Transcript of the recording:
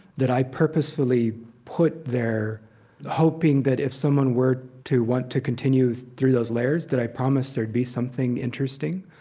that i purposefully put there hoping that if someone were to want to continue through those layers that i promise there'd be something interesting.